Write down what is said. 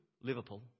Liverpool